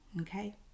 okay